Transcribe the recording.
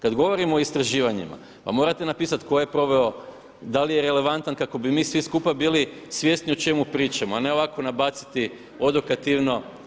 Kad govorimo o istraživanjima pa morate napisati tko je proveo, da li je relevantan kako bi mi svi skupa bili svjesni o čemu pričamo a ne ovako nabaciti odokativno.